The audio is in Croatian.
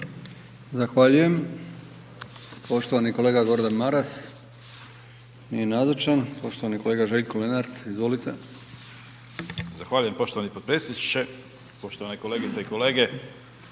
Zahvaljujem. Poštovani kolega Gordan Maras. Nije nazočan. Poštovani kolega Željko Lenart, izvolite. **Lenart, Željko (HSS)** Zahvaljujem poštovani potpredsjedniče. Poštovani kolegice i kolege.